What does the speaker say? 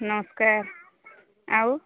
ନମସ୍କାର ଆଉ